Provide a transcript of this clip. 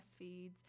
breastfeeds